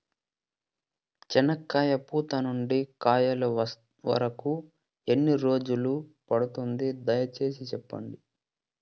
చెనక్కాయ పూత నుండి కాయల వరకు ఎన్ని రోజులు పడుతుంది? దయ సేసి చెప్పండి?